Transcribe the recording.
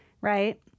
Right